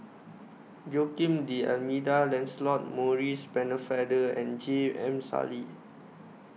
Joaquim D'almeida Lancelot Maurice Pennefather and J M Sali